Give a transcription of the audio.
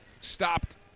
stopped